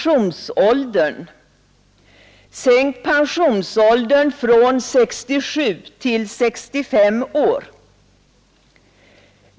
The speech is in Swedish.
Kravet är: Sänk pensionsåldern från 67 till 65 år!